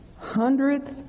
hundredth